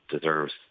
deserves